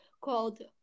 called